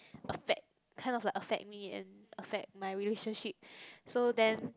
affect kind of like affect me and affect my relationship so then